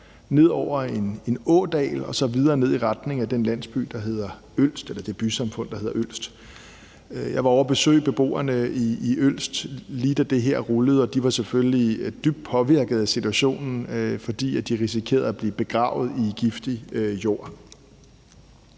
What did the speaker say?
ned over en ådal og så videre ned i retning af den landsby eller det bysamfund, der hedder Ølst. Jeg var ovre og besøge beboerne i Ølst, lige da det her rullede, og de var selvfølgelig dybt påvirkede af situationen, fordi de risikerede at blive begravet i giftig jord.